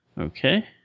Okay